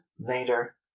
later